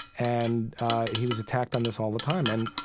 and he was attacked on this all the time. and,